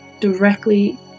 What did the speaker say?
directly